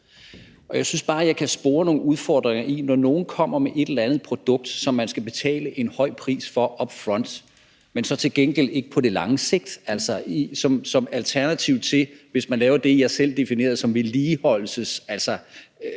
jeg kan spore nogle udfordringer i, at nogle kommer med et eller andet produkt, som man skal betale en høj pris for up front, men så til gengæld ikke skal betale for på det lange sigt, til forskel fra, hvis man laver det, jeg selv definerer som vedligeholdelsesmedicinering